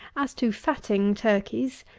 as to fatting turkeys,